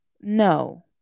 no